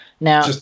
Now